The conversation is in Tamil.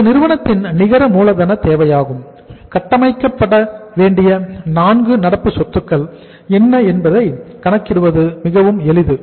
இது நிறுவனத்தின் நிகர மூலதன தேவையாகும் கட்டமைக்கப்பட வேண்டிய 4 நடப்பு சொத்துக்கள் என்பதை கணக்கிடுவது மிகவும் எளிது